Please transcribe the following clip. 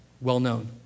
well-known